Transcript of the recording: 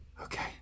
Okay